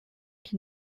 qui